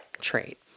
trait